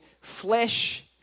flesh